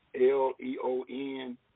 L-E-O-N